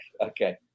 Okay